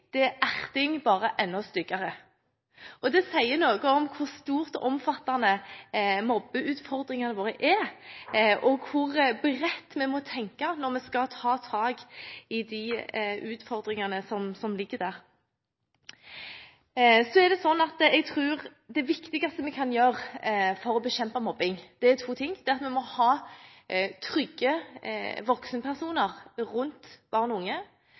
mobbing er, sier de at mobbing er erting – bare enda styggere. Det sier noe om hvor store og omfattende mobbeutfordringene våre er, og hvor bredt vi må tenke når vi skal ta tak i disse utfordringene. Jeg tror det viktigste vi kan gjøre for å bekjempe mobbing, er to ting: Det ene er at vi må ha trygge voksenpersoner rundt barn og unge,